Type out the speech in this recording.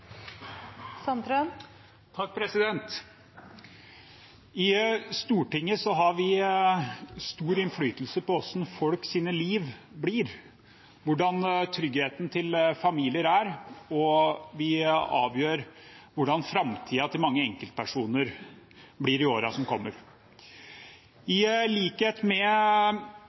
3 minutter. I Stortinget har vi stor innflytelse på hvordan folks liv blir, hvordan tryggheten til familier er, og vi avgjør hvordan framtiden til mange enkeltpersoner blir i årene som kommer. I likhet med